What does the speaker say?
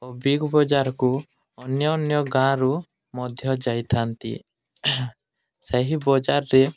ଓ ବିଗ ବଜାରକୁ ଅନ୍ୟ ଅନ୍ୟ ଗାଁରୁ ମଧ୍ୟ ଯାଇଥାନ୍ତି ସେହି ବଜାରରେ